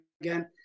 again